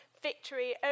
victory